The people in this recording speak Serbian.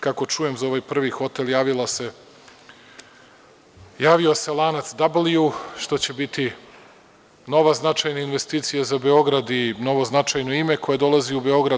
Kako čujem, za ovaj prvi hotel javio se lanac „Dabl ju“, što će biti nova značajna investicija za Beograd i novo značajno ime koje dolazi u Beograd.